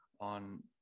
on